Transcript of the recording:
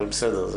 אבל בסדר,